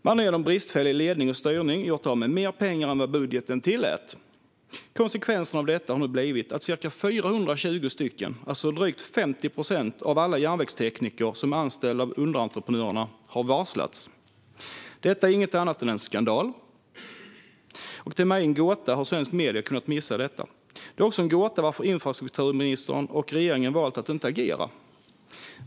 Man hade på grund av bristfällig ledning och styrning gjort av med mer pengar än vad budgeten tillät. Konsekvensen av detta har nu blivit att ca 420, alltså drygt 50 procent, av alla järnvägstekniker som är anställda av underentreprenörerna har varslats. Detta är inget annat än en skandal. Det är för mig en gåta hur svenska medier har kunnat missa detta. Det är också en gåta varför infrastrukturministern och regeringen valt att inte agera.